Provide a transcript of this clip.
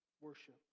worship